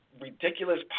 Ridiculous